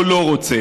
או לא רוצה.